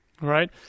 right